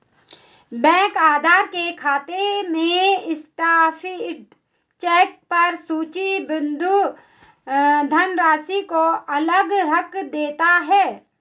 bank धारक के खाते में सर्टीफाइड चेक पर सूचीबद्ध धनराशि को अलग रख देते हैं